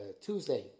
Tuesday